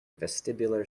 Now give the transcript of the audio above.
vestibular